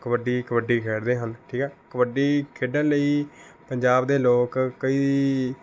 ਕਬੱਡੀ ਕਬੱਡੀ ਖੇਡਦੇ ਹਨ ਠੀਕ ਆ ਕਬੱਡੀ ਖੇਡਣ ਲਈ ਪੰਜਾਬ ਦੇ ਲੋਕ ਕਈ